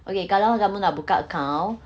okay kalau kamu nak buka account